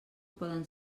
poden